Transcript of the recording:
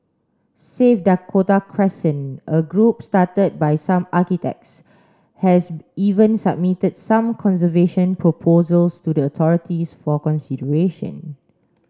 save Dakota Crescent a group started by some architects has even submitted some conservation proposals to the for consideration